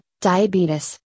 diabetes